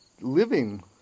living